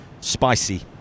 Spicy